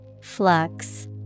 Flux